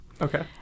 Okay